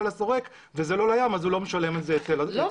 לסורק וזה לא לים אז הוא לא משלם על זה היטל --- לא,